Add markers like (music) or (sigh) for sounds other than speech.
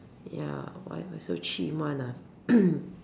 ya why why so chim [one] ah (noise)